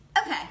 Okay